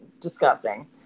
disgusting